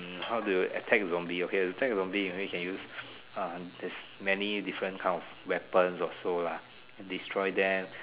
hmm how to attack the zombie okay to attack the zombie maybe can use um this many different kind of weapons or so lah destroy them